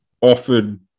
offered